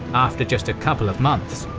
after just a couple of months.